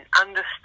understand